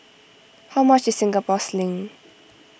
how much is Singapore Sling